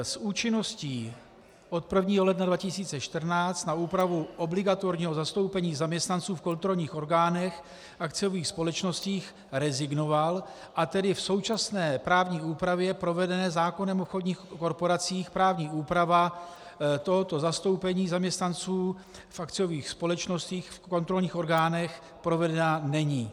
S účinností od 1. ledna 2014 na úpravu obligatorního zastoupení zaměstnanců v kontrolních orgánech akciových společností rezignoval, a tedy v současné právní úpravě provedené zákonem o obchodních korporacích právní úprava tohoto zastoupení zaměstnanců v akciových společnostech v kontrolních orgánech provedena není.